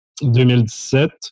2017